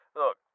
look